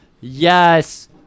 yes